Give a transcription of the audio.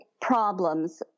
problems